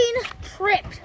trip